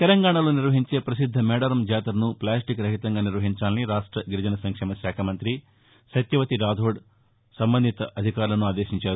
తెలంగాణలో నిర్వహించే ప్రసిద్ద మేడారం జాతరను ప్లాస్టిక్రహితంగా నిర్వహించాలని రాష్ట గిరిజన సంక్షేమశాఖ మంత్రి సత్యవతి రాథోడ్ సంబంధిత అధికారులను ఆదేశించారు